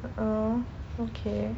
oh okay